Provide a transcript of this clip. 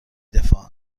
دفاعن